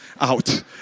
out